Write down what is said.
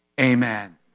Amen